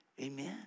Amen